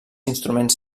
instruments